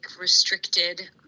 restricted